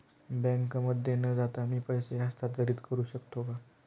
बँकेमध्ये न जाता मी पैसे हस्तांतरित करू शकतो का?